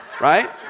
Right